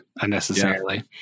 unnecessarily